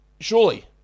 surely